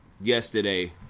yesterday